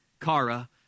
kara